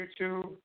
YouTube